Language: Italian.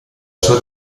sua